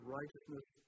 righteousness